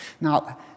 Now